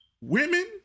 women